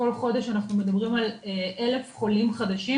כל חודש אנחנו מדברים על 1,000 חולים חדשים